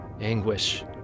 Anguish